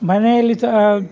ಮನೇಲಿ ಸಹ